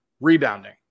rebounding